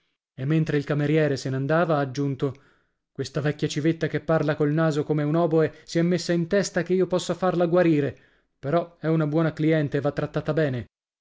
e mentre il cameriere se n'andava ha aggiunto questa vecchia civetta che parla col naso come un òboe si è messa in testa che io possa farla guarire però è buona cliente e va trattata bene